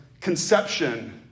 conception